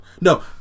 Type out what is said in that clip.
no